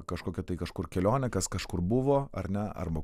kažkokia tai kažkur kelionė kas kažkur buvo ar ne arba